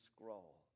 scroll